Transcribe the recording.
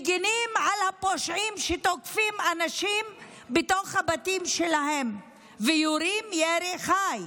מגינים על הפושעים שתוקפים אנשים בתוך הבתים שלהם ויורים ירי חי,